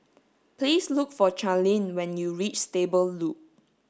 please look for Charline when you reach Stable Loop